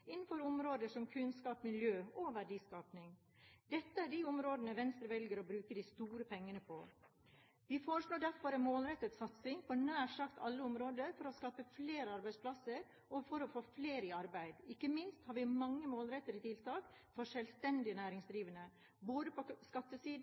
innenfor områder som kunnskap, miljø og verdiskaping. Dette er de områdene Venstre velger å bruke de store pengene på. Vi foreslår derfor en målrettet satsing på nær sagt alle områder for å skape flere arbeidsplasser, og for å få flere i arbeid. Ikke minst har vi mange målrettede tiltak for selvstendig